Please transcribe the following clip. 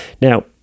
Now